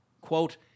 quote